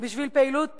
בשביל פעילות פוליטית,